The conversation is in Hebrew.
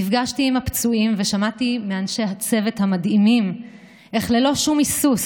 נפגשתי עם הפצועים ושמעתי מאנשי הצוות המדהימים איך ללא שום היסוס